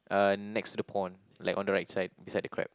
uh next to the pond like on the right side beside the crab